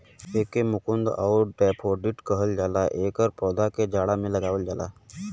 एके कुमुद आउर डैफोडिल कहल जाला एकर पौधा के जाड़ा में लगावल जाला